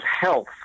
health